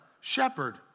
shepherd